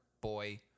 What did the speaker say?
boy